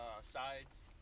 sides